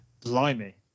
Blimey